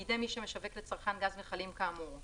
בידי מי שמשווק לצרכן גז מכלים כאמור;